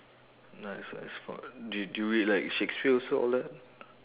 do do you read like shakespeare also all that